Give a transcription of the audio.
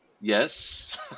Yes